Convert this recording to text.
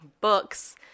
books